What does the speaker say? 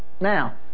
Now